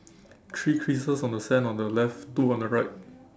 three creases on the sand on the left two on the right